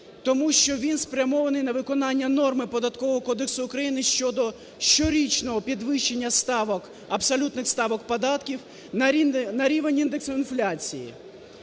тому що він спрямований на виконання норми Податкового кодексу України щодо щорічного підвищення ставок, абсолютних ставок податків на рівень індексу інфляції.